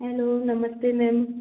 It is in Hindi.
हेलो नमस्ते मैम